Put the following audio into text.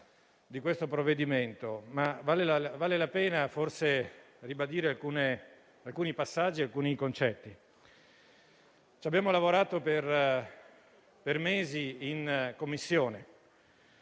di questo provvedimento, ma vale la pena ribadirne alcune passaggi e concetti. Abbiamo lavorato per mesi in Commissione